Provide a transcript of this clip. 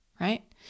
right